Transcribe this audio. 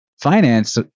finance